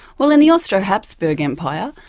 well in the austro-hapsburg empire,